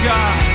God